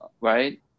right